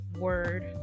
word